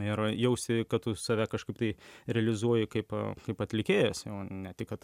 ir jausti kad tu save kažkaip tai realizuoji kaip kaip atlikėjas o ne tik kad